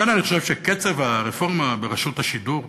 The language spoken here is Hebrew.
לכן אני חושב שקצב הרפורמה ברשות השידור,